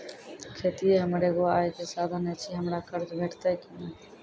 खेतीये हमर एगो आय के साधन ऐछि, हमरा कर्ज भेटतै कि नै?